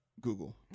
Google